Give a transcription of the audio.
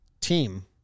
team